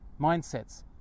mindsets